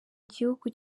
gihugu